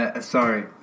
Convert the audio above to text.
Sorry